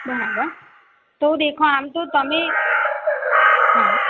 બરાબર તો દેખો આમ તો તમે હા